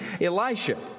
Elisha